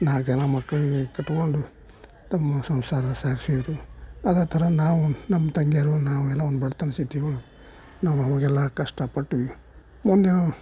ನಾಲ್ಕು ಜನ ಮಕ್ಳನ್ನು ಕಟ್ಟಿಕೊಂಡು ತಮ್ಮ ಸಂಸಾರ ಸಾಗಿಸಿದ್ರು ಅದೇ ಥರ ನಾವು ನಮ್ಮ ತಂಗಿಯರು ನಾವೆಲ್ಲ ಒಂದು ಬಡತನ ಸ್ಥಿತಿಯೊಳಗೆ ನಾವು ಅವಾಗೆಲ್ಲ ಕಷ್ಟಪಟ್ವಿ ಮುಂದೇನು